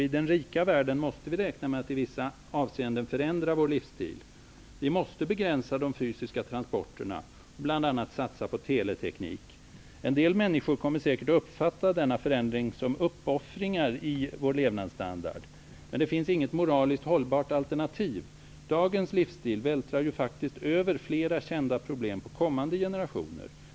I den rika världen måste vi räkna med att i vissa avseenden förändra vår livsstil. Vi måste begränsa de fysiska transporterna och bl.a. satsa på teleteknik. En del människor kommer säkert att uppfatta denna förändring som uppoffringar i vår levnadsstandard, men det finns inget moraliskt hållbart alternativ. Dagens livsstil vältrar ju faktiskt över flera kända problem på kommande generationer.